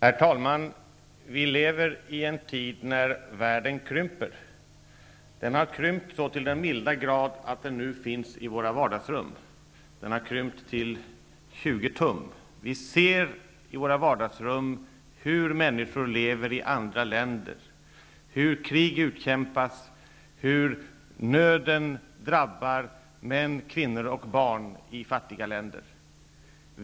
Herr talman! Vi lever i en tid då världen krymper. Den har krympt så till den milda grad att den nu finns i våra vardagsrum. Den har krympt till 20 tum. Vi ser i våra vardagsrum hur människor i andra länder lever, hur krig utkämpas och hur nöden drabbar män, kvinnor och barn i fattiga länder.